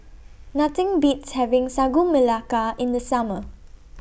Nothing Beats having Sagu Melaka in The Summer